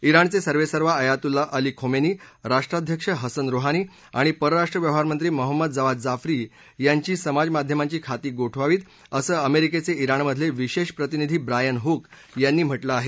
जिणचे सर्वेसर्वा Ayatollah Ali Khomeini राष्ट्राध्यक्ष Hassan Rouhani आणि परराष्ट्र व्यवहार मंत्री महम्मद जावाद जाफरी यांची समाजमाध्यमांची खाती गोठवावीत असं अमेरिकेचे जाणमधले विशेष प्रतिनिधी ब्रायन हुक यांनी म्हा किं आहे